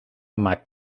maakt